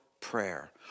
prayer